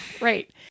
Right